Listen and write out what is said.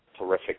terrific